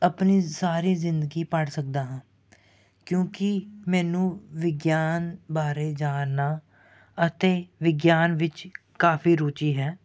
ਆਪਣੀ ਸਾਰੀ ਜ਼ਿੰਦਗੀ ਪੜ੍ਹ ਸਕਦਾ ਹਾਂ ਕਿਉਂਕਿ ਮੈਨੂੰ ਵਿਗਿਆਨ ਬਾਰੇ ਜਾਣਨਾ ਅਤੇ ਵਿਗਿਆਨ ਵਿੱਚ ਕਾਫੀ ਰੁਚੀ ਹੈ